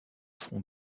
front